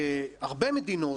הרבה מדינות,